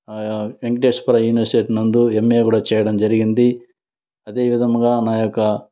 Venkateswara university నందు MA కూడ చేయడం జరిగింది అదేవిధముగా నా యొక